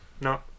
no